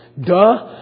Duh